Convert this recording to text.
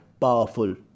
powerful